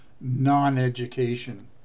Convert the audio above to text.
non-education